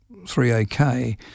3AK